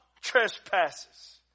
trespasses